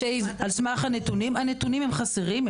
הנתונים חסרים,